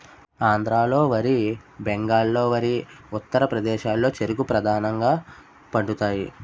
ఆంధ్రాలో వరి బెంగాల్లో వరి ఉత్తరప్రదేశ్లో చెరుకు ప్రధానంగా పండుతాయి